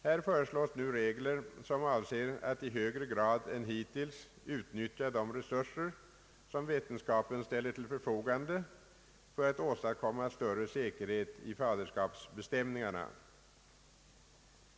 Här föreslås nu regler, som avser att i högre grad än hittills utnyttja de resurser, som vetenskapen ställer till förfogande för att åstadkomma större säkerhet i faderskapsbestämningarna.